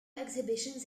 exhibitions